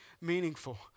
meaningful